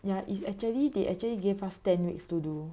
ya it's actually they actually gave us ten weeks to do